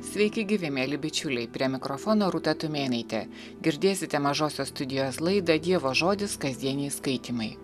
sveiki gyvi mieli bičiuliai prie mikrofono rūta tumėnaitė girdėsite mažosios studijos laidą dievo žodis kasdieniai skaitymai